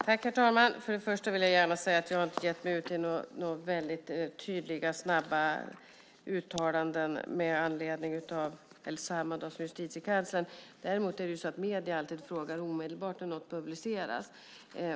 Herr talman! Först och främst vill jag gärna säga att jag inte har gjort några tydliga och snabba uttalanden samma dag som Justitiekanslern lämnade detta besked. Däremot ställer medierna omedelbart frågor när något publiceras.